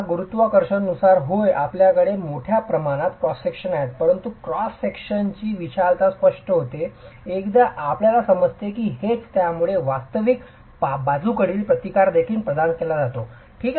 गुरुत्वाकर्षणानुसार होय आपल्याकडे मोठ्या प्रमाणात क्रॉस विभाग आहेत परंतु क्रॉस विभागाची विशालता स्पष्ट होते एकदा आपल्याला समजले की हेच आहे ज्यामुळे वास्तविक बाजूकडील प्रतिकार देखील प्रदान केला जातो ठीक आहे